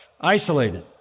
Isolated